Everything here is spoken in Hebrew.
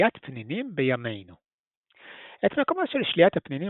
שליית פנינים בימינו את מקומה של שליית הפנינים